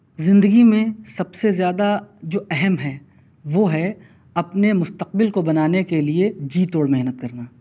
زندگی میں سب سے زیادہ جو اہم ہے وہ ہے اپنے مستقبل کو بنانے کے لیے جی توڑ محنت کرنا